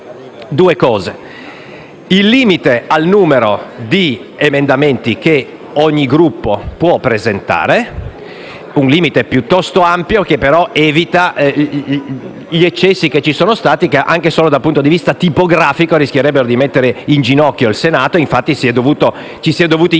il limite al numero di emendamenti che ogni Gruppo può presentare; un limite piuttosto ampio che però evita gli eccessi del passato che, anche solo dal punto di vista tipografico, rischierebbero di mettere in ginocchio il Senato. E ciò è tanto vero